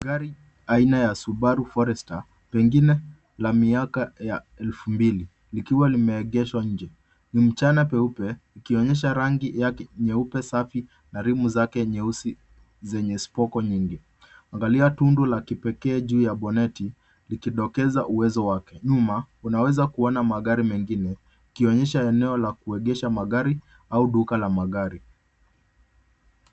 Gari aina ya Subaru Forester pengine la miaka ya elfu mbili likiwa limeegeshwa nje. Ni mchana peupe, ikionyesha rangi yake nyeupe safi na rimu zake nyeusi zenye spoko nyingi. Angalia tundu la kipekee juu ya boneti likidokeza uwezo wake. Nyuma unawezakuona magari mengine ikionyesha eneo la kuegesha magari au duka la magari.